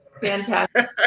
Fantastic